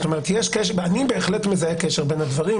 זאת אומרת, אני בהחלט מזהה קשר בין הדברים,